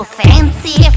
fancy